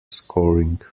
scoring